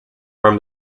from